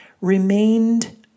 remained